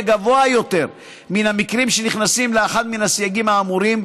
גבוה יותר מן המקרים שנכנסים לאחד מן הסייגים האמורים,